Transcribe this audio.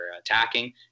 attacking